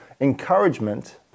encouragement